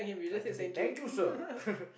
I just said thank you sir